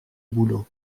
boulot